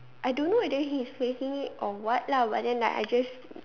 I don't know whether he is faking it or what lah but then like I just